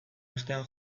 astean